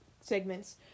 segments